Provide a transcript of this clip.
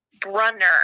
Brunner